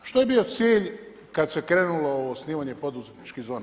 Što je bio cilj kad se krenulo u osnivanje poduzetničkih zona?